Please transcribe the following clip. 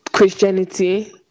Christianity